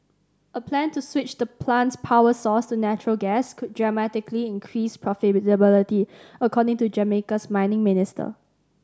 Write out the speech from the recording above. a plan to switch the plant's power source to natural gas could dramatically increase profitability according to Jamaica's mining minister